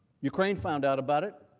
ukraine found out about it